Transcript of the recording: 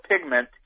pigment